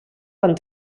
van